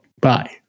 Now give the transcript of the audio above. Bye